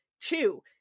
two